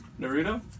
Naruto